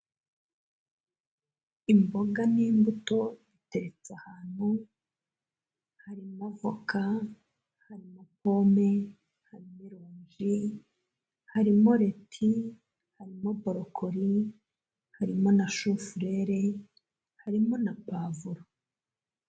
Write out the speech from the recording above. Imboga n'imbuto biteretse ahantu, harimo voka, harimo pome, harimo ironji, harimo leti, harimo borokori, harimo na shufuleri, harimo na pavulo.